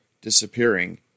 disappearing